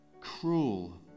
cruel